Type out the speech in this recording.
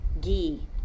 ghee